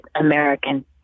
american